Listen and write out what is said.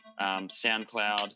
SoundCloud